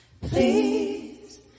Please